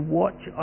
watch